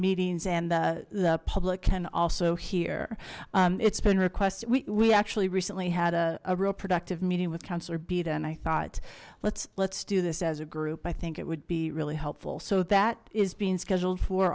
meetings and the public can also hear it's been requested we actually recently had a real productive meeting with councilor bida and i thought let's let's do this as a group i think it would be really helpful so that is being scheduled for